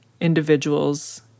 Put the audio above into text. individuals